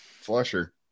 Flusher